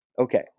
Okay